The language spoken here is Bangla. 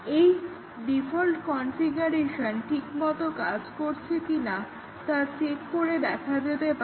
এই ডিফল্ট কনফিগারেশন ঠিক মতো কাজ করছে কিনা তা চেক করে দেখা যেতে পারে